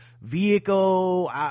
vehicle